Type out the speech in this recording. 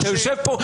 אתה יושב פה.